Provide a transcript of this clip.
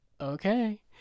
okay